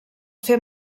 fer